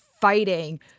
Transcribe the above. fighting